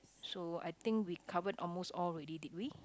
so I think we covered almost all already did we